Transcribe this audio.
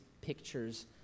pictures